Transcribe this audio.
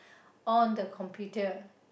on the computer